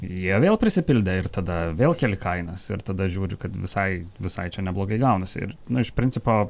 jie vėl prisipildė ir tada vėl keli kainas ir tada žiūri kad visai visai čia neblogai gaunasi ir nu iš principo